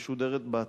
ומשודרת באתר,